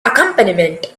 accompaniment